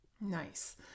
Nice